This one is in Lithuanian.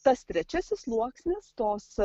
tas trečiasis sluoksnis tos